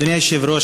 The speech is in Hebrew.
אדוני היושב-ראש,